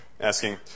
Asking